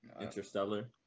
Interstellar